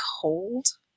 cold